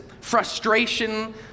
frustration